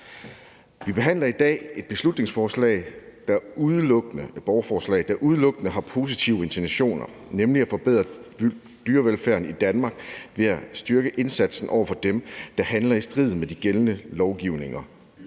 et beslutningsforslag, et borgerforslag, der udelukkende har positive intentioner, nemlig at forbedre dyrevelfærden i Danmark ved at styrke indsatsen over for dem, der handler i strid med de gældende lovbestemmelser